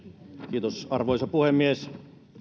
arvoisa puhemies